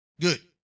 Good